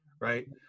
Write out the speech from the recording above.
right